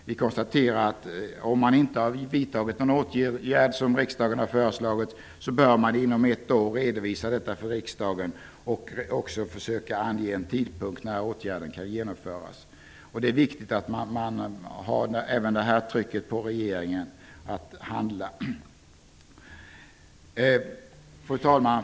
Vi konstaterar att regeringen, om den inte har vidtagit den åtgärd som riksdagen har föreslagit, inom ett år bör redovisa detta för riksdagen och försöka ange en tidpunkt när åtgärden kan genomföras. Det är viktigt med detta tryck på regeringen att handla. Fru talman!